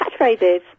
catchphrases